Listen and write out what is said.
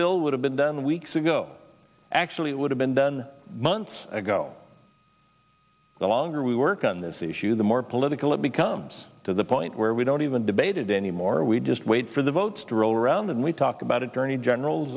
bill would have been done weeks ago actually it would have been done months ago the longer we work on this issue the more political it becomes to the point where we don't even debated anymore we just wait for the votes to roll around and we talk about attorney general